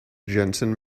jensen